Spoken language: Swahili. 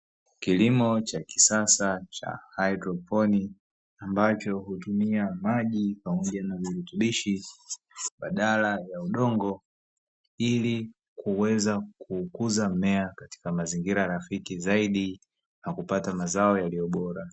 Kilimo cha kisasa cha haidroponi ambacho hutumia maji pamoja na virutubishi badala ya udongo, ili kuweza kukuza mmea katika mazingira rafiki zaidi, na kupata mazao yaliyo bora.